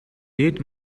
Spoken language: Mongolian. дээд